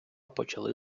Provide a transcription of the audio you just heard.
почали